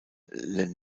les